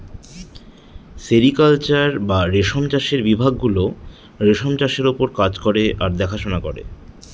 sericulture বা রেশম চাষের বিভাগ গুলো রেশমের চাষের ওপর কাজ করে আর দেখাশোনা করে